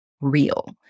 real